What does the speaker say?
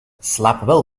slaapwel